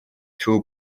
two